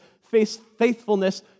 faithfulness